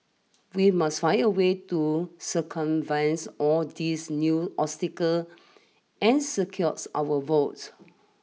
we must find a way to circumvent all these new obstacle and secures our votes